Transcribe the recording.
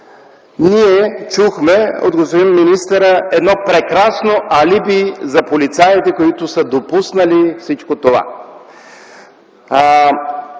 чухме от господин министъра едно прекрасно алиби за полицаите, които са допуснали всичко това.